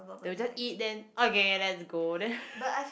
they will just eat then okay let's go then